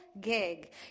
gig